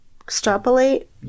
extrapolate